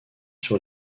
sur